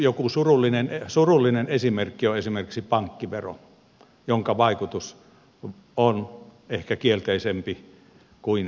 joku surullinen esimerkki on pankkivero jonka vaikutus on ehkä ennemmin kielteisempi kuin myönteisempi